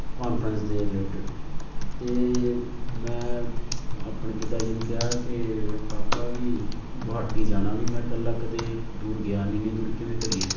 conference ਦੇ related ਅਤੇ ਮੈਂ ਆਪਣੇ ਪਿਤਾ ਜੀ ਨੂੰ ਕਿਹਾ ਕਿ ਪਾਪਾ ਵੀ ਗੁਹਾਟੀ ਜਾਣਾ ਵੀ ਮੈਂ ਇਕੱਲਾ ਕਦੇ ਦੂਰ ਗਿਆ ਨਹੀਂ ਇੰਨੀ ਦੂਰ ਕਿਵੇਂ ਕਰੀਏ